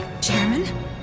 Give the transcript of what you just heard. Chairman